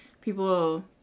people